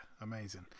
amazing